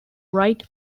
right